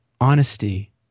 honesty